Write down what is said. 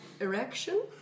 erection